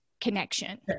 connection